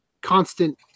constant